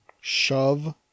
Shove